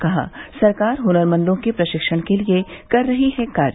कहा सरकार हुनरमंदों के प्रशिक्षण के लिए कर रही है कार्य